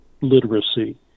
literacy